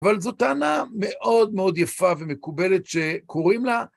אבל זו טענה מאוד מאוד יפה ומקובלת שקוראים לה...